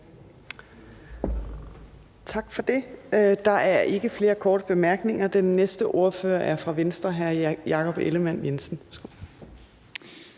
Tak for det. Der er ikke flere korte bemærkninger. Den næste ordfører er fra Venstre hr. Jakob Ellemann-Jensen.